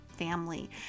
family